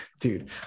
dude